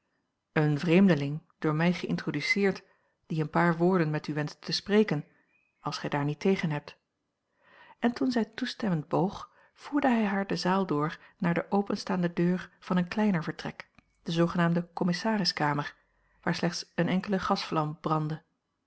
een vreemdeling door mij geïntroduceerd die een paar woorden met u wenscht te spreken als gij daar niet tegen hebt en toen zij toestemmend boog voerde hij haar de zaal door naar de openstaande deur van een kleiner vertrek de zoogenaamde commissariskamer waar slechts een enkele gasvlam brandde